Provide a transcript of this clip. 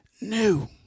new